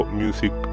music